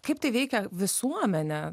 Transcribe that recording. kaip tai veikia visuomenę